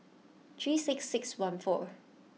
three six six one four